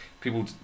people